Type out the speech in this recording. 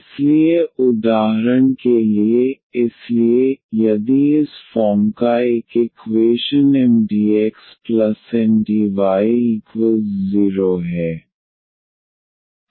इसलिए उदाहरण के लिए इसलिए यदि इस फॉर्म का एक इक्वेशन MdxNdy0 नहीं है